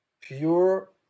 pure